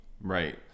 right